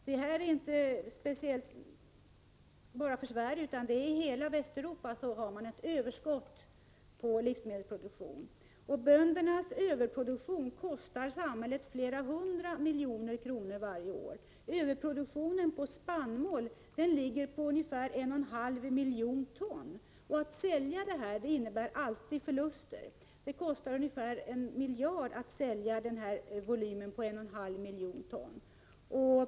Detta är inte något speciellt för Sverige, utan i hela Västeuropa har man överskott på livsmedelsprodukter. Böndernas överproduktion kostar samhället flera hundra miljoner kronor varje år. Överproduktionen på spannmål ligger på ungefär 1,5 miljoner ton. Att sälja detta innebär alltid förluster. Det kostar ca 1 miljard att sälja denna volym på 1,5 miljoner ton.